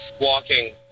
walking